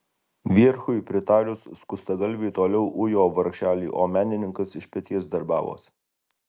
vierchui pritarus skustagalviai toliau ujo vargšelį o menininkas iš peties darbavosi